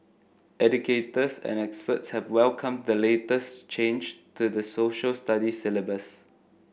educators and experts have welcomed the latest change to the Social Studies syllabus